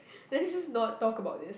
let's just not talk about this